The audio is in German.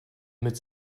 mit